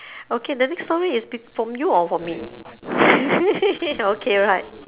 okay the next story is from you or from me okay right